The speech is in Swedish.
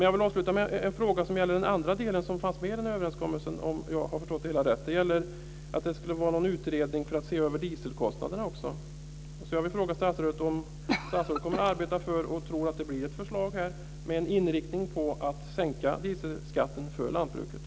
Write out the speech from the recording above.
Jag vill avsluta med en fråga som gäller den andra delen som fanns med i den här överenskommelsen, om jag har förstått det hela rätt. Det gäller att det skulle vara någon utredning för att man också skulle se över dieselkostnaderna. Kommer statsrådet att arbeta för ett förslag - och tror hon att det blir ett sådant - med en inriktning mot att sänka dieselskatten för lantbruket?